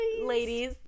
Ladies